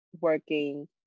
working